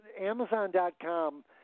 amazon.com